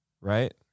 right